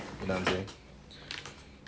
you know what I'm saying